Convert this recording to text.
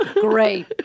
Great